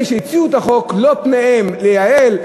אלה שהציעו את החוק פניהם לא לייעל,